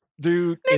dude